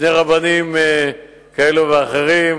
רבנים כאלה ואחרים